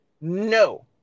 No